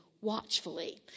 watchfully